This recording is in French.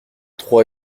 trois